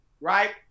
Right